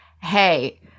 hey